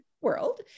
World